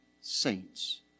saints